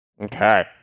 Okay